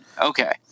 Okay